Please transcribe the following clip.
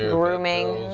grooming.